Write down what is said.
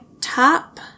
top